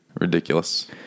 ridiculous